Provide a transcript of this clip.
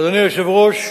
אדוני היושב-ראש,